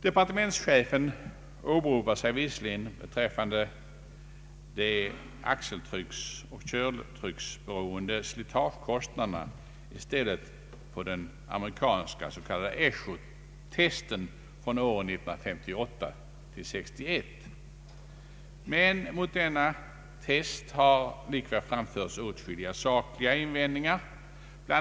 Departementschefen åberopar visserligen beträffande de axeltrycksoch körlängdsberoende slitagekostnaderna den amerikanska AASHO-testen från åren 1958 —1961. Mot denna test har likväl framförts åtskilliga sakliga invändningar. Bl.